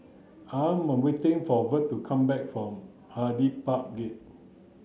I am waiting for Verl to come back from Hyde Park Gate